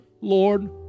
Lord